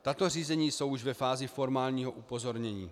Tato řízení jsou už ve fázi formálního upozornění.